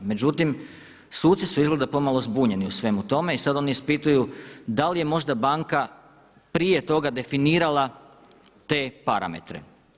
Međutim, suci su izgleda pomalo zbunjeni u svemu tome i sad oni ispituju da li je možda banka prije toga definirala te parametre.